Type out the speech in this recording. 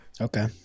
Okay